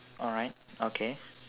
alright okay